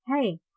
hey